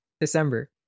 December